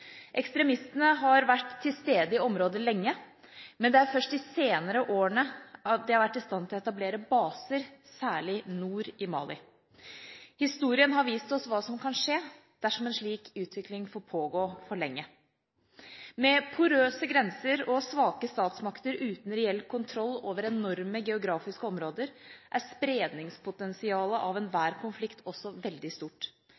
Ekstremistene har vært til stede i området lenge, men det er først de senere årene at de har vært i stand til å etablere baser, særlig nord i Mali. Historien har vist oss hva som kan skje dersom en slik utvikling får pågå for lenge. Med porøse grenser og svake statsmakter uten reell kontroll over enorme geografiske områder er spredningspotensialet av enhver konflikt også veldig stort.